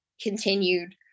continued